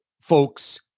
folks